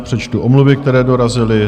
Přečtu omluvy, které dorazily.